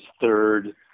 third